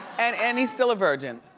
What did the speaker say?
and and he's still a virgin.